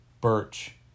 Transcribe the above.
birch